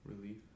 Relief